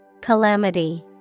calamity